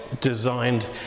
designed